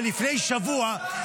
אבל לפני שבוע,